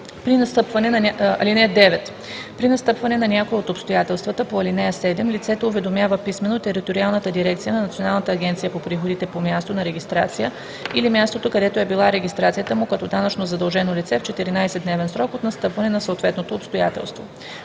При настъпване на някое от обстоятелствата по aл. 7 лицето уведомява писмено териториалната дирекция на Националната агенция за приходите по мястото на регистрация или мястото, където е била регистрацията му като данъчно задължено лице, в 14-дневен срок от настъпване на съответното обстоятелство.